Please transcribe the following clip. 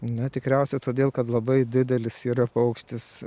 na tikriausiai todėl kad labai didelis yra paukštis